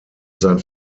sein